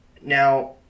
now